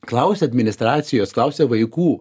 klausia administracijos klausia vaikų